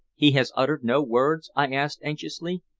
he has uttered no words? i asked anxiously.